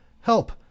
HELP